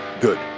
Good